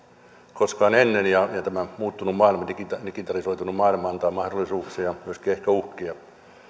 koskaan ennen ja tämä muuttunut maailma digitalisoitunut maailma antaa mahdollisuuksia myöskin ehkä uhkia